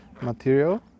material